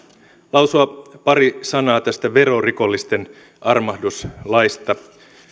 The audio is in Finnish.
lausua pari sanaa tästä verorikollisten armahduslaista